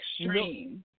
extreme